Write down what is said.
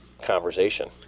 conversation